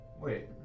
Wait